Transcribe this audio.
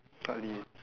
slightly